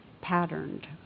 patterned